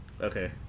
okay